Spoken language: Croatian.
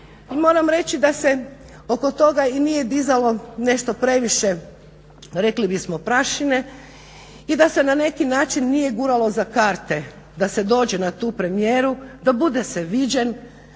moram reći da se oko toga i nije dizalo nešto previše rekli bismo prašine i da se na neki način nije guralo za karte da se dođe na tu premijeru, da se bude viđen,